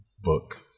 book